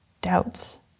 Doubts